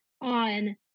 on